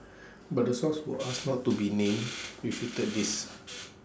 but the source who asked not to be named refuted this